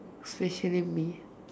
especially me